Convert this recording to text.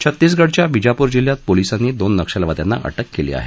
छत्तीसगडच्या बिजापूर जिल्ह्यात पोलिसांनी दोन नक्षलवाद्यांना अटक केली आहे